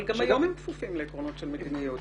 אבל גם היום הם כפופים לעקרונות של מדיניות.